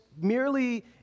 merely